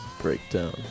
Breakdown